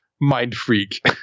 Mind-freak